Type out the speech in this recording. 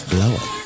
Blower